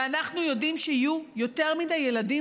ואנחנו יודעים שיהיו יותר מדי ילדים